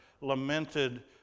lamented